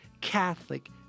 Catholic